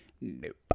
Nope